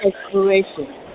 Exploration